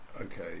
Okay